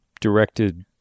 directed